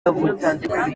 yavutse